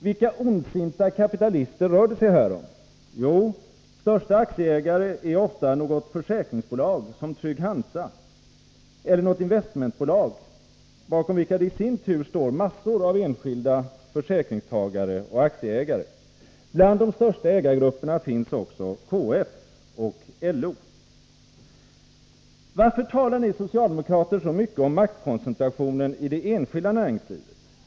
Vilka ondsinta kapitalister: rör det sig om? Jo, största aktieägare är ofta något försäkringsbolag som Trygg-Hansa eller något investmentbolag, bakom vilka det i sin tur står massor av enskilda försäkringstagare och aktieägare. Bland de stora ägargrupperna finns också KF och LO. Varför talar ni socialdemokrater så mycket om maktkoncentrationen i det enskilda näringslivet?